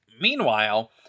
Meanwhile